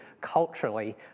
culturally